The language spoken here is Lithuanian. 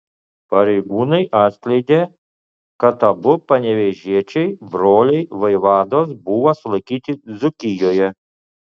pareigūnai atskleidė kad abu panevėžiečiai broliai vaivados buvo sulaikyti dzūkijoje